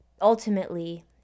ultimately